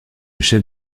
chef